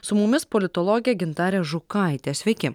su mumis politologė gintarė žukaitė sveiki